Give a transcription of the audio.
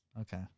Okay